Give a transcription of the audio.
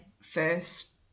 first